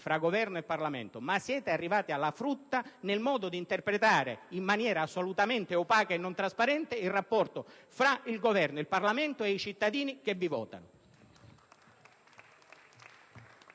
fra Governo e Parlamento, ma anche nel modo di interpretare in maniera assolutamente opaca e non trasparente il rapporto fra il Governo, il Parlamento e i cittadini che vi votano.